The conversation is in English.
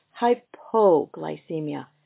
hypoglycemia